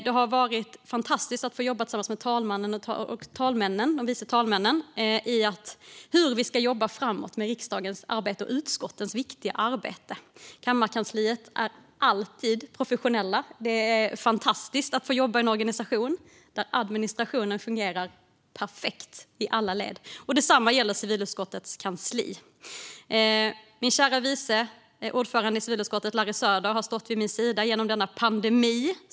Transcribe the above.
Det har varit fantastiskt att få jobba tillsammans med talmannen och de vice talmännen om hur vi ska jobba framåt med riksdagens arbete och utskottens viktiga arbete. Kammarkansliet är alltid professionellt. Det är fantastiskt att få jobba i en organisation där administrationen fungerar perfekt i alla led. Detsamma gäller civilutskottets kansli. Min käre vice ordförande i civilutskottet, Larry Söder, har stått vid min sida genom denna pandemi.